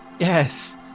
Yes